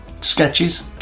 sketches